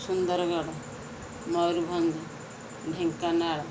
Sundargarh Mayurbhanj Dhenkanal